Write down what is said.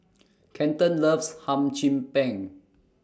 Kenton loves Hum Chim Peng